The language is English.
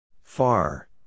Far